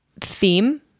theme